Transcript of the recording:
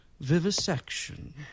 Vivisection